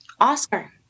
Oscar